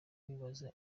nibaza